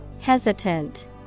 Hesitant